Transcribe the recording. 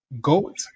Goat